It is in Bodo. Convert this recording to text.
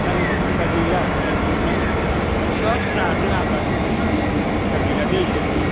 दा बेफोर खुसियाआ गैला जों बोननानैनो बिराद जादों आग्ला जों दा बेफोर खुसियाआ गैला दै इसोरफोर